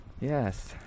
yes